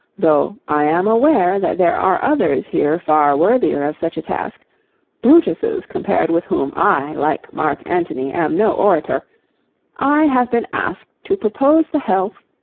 though i am aware that there are others here far worthier of such a task brutuses compared with whom i, like marc antony, am no orator i have been asked to propose the health.